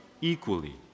equally